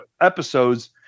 episodes